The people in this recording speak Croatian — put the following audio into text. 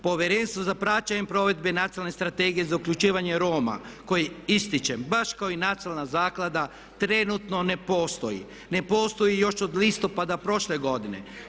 Povjerenstvo za praćenje provede Nacionalne strategije za uključivanje Roma koji ističem baš kao i Nacionalna zaklada trenutno ne postoji, ne postoji još od listopada prošle godine.